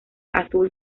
azul